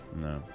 No